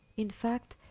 in fact,